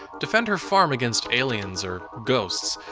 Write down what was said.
defend her farm against aliens, or ghosts.